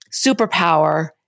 superpower